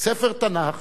ספר תנ"ך